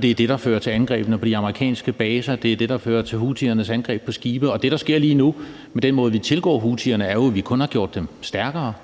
Det er den situation, der fører til angrebene på de amerikanske baser, og som fører til houthiernes angreb på skibe. Og det, der sker lige nu med vores tilgang houthierne, er jo, at vi kun har gjort dem stærkere,